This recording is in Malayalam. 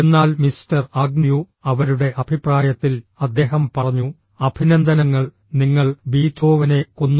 എന്നാൽ മിസ്റ്റർ ആഗ്ന്യൂ അവരുടെ അഭിപ്രായത്തിൽ അദ്ദേഹം പറഞ്ഞു അഭിനന്ദനങ്ങൾ നിങ്ങൾ ബീഥോവനെ കൊന്നു